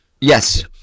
Yes